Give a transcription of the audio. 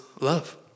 love